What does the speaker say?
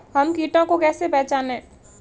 हम कीटों को कैसे पहचाने?